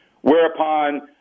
whereupon